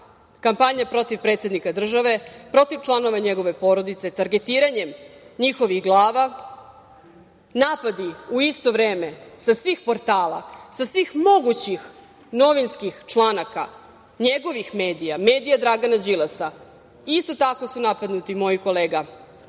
kampanja protiv predsednika države, protiv članova njegove porodice, targetiranjem njihovih glava, napadi u isto vreme sa svih portala, sa svih mogućih novinskih članaka, njegovih medija, medija Dragana Đilasa. Isto tako su napadnuti moje kolege